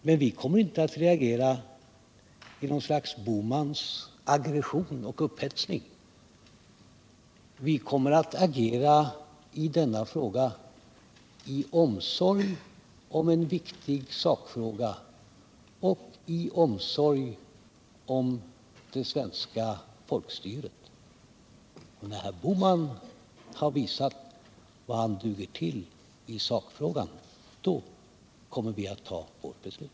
Men vi kommer inte att reagera med något slags Bohmansk aggression och upphetsning. Vi kommer att i denna fråga agera i omsorg om en viktig sakfråga och i omsorg om det svenska folkstyret. När herr Bohman har visat vad han duger till i sakfrågan, då kommer vi att fatta vårt beslut.